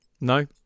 No